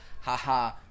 haha